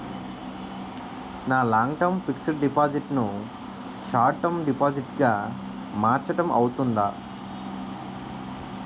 నా long term fixed deposit ను short term deposit గా మార్చటం అవ్తుందా?